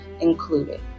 included